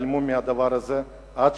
יתעלמו מהדבר הזה עד